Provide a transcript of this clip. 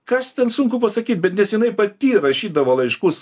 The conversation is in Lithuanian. kas ten sunku pasakyt bet nes jinai pati rašydavo laiškus